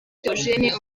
theogene